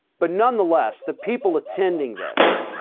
but nonetheless the people attending this,